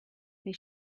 they